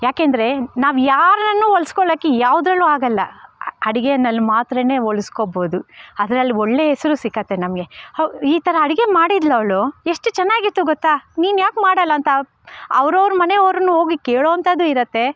ಏಕೆಂದ್ರೆ ನಾವು ಯಾರನ್ನು ಒಲ್ಸ್ಕೊಳ್ಳೋಕ್ಕೆ ಯಾವುದ್ರಲ್ಲು ಆಗೋಲ್ಲ ಅಡುಗೆಯಲ್ಲಿ ಮಾತ್ರವೇ ಒಲಸ್ಕೋಬೋದು ಅದ್ರಲ್ಲಿ ಒಳ್ಳೆ ಹೆಸ್ರು ಸಿಗುತ್ತೆ ನಮಗೆ ಅವು ಈ ಥರ ಅಡುಗೆ ಮಾಡಿದ್ಲವ್ಳು ಎಷ್ಟು ಚೆನ್ನಾಗಿತ್ತು ಗೊತ್ತ ನೀನ್ಯಾಕೆ ಮಾಡೋಲ್ಲಂತ ಅವ್ರವ್ರ ಮನೆಯವ್ರನ್ನು ಹೋಗಿ ಕೇಳೋವಂಥದ್ದು ಇರುತ್ತೆ